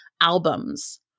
albums